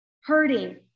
hurting